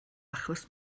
achos